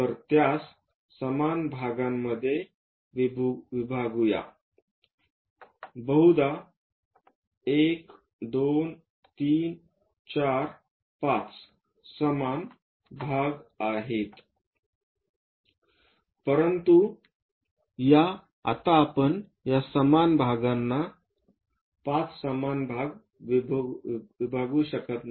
तर त्यास समान भागांमध्ये विभागू या बहुधा १ २345 समान भाग आहेत परंतु आता आपण या समान भागांना 5l समान भाग विभागू शकत नाही